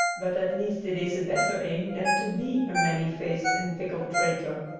but at least it is a better aim than to be a many-faced and fickle traitor,